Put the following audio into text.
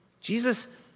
Jesus